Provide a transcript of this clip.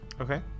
Okay